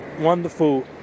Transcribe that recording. wonderful